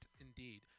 indeed